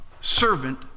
servant